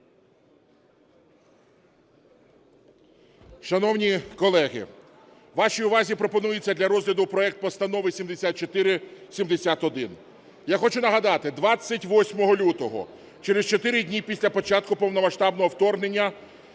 Шановні колеги, вашій увазі пропонується для розгляду проект Постанови 7471. Я хочу нагадати, 28 лютого, через 4 дні після початку повномасштабного вторгнення,